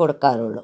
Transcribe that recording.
കൊടുക്കാറുള്ളൂ